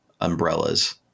umbrellas